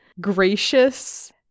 gracious